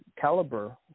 caliber